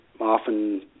often